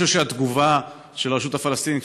אני חושב שהתגובה של הרשות הפלסטינית,